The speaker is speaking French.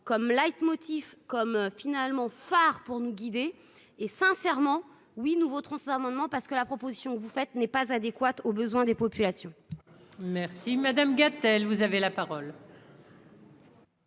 comme leitmotiv, comme finalement phare pour nous guider et sincèrement oui nous voterons ça un moment parce que la proposition que vous faites n'est pas adéquate aux besoins des populations. Merci Madame Gatel vous avez la parole.